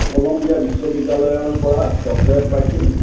Columbia বিশ্ববিদ্যালয়ৰ পৰা doctorate পাইছিল